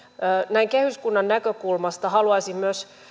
näin kehyskunnan näkökulmasta haluaisin myös